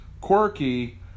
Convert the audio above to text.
quirky